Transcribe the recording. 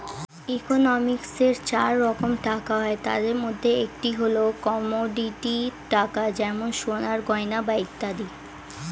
ইকোনমিক্সে চার রকম টাকা হয়, তাদের মধ্যে একটি হল কমোডিটি টাকা যেমন সোনার গয়না বা ইত্যাদি